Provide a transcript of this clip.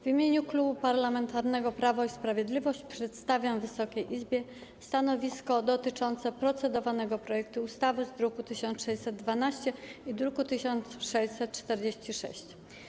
W imieniu Klubu Parlamentarnego Prawo i Sprawiedliwość przedstawiam Wysokiej Izbie stanowisko dotyczące procedowanego projektu ustawy, druki nr 1612 i 1646.